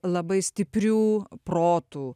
labai stiprių protų